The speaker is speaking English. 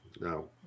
No